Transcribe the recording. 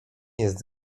jest